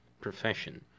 profession